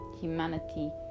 humanity